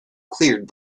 cleared